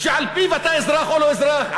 שעל פיו אתה אזרח או לא-אזרח,